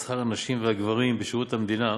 את שכר הנשים והגברים בשירות המדינה,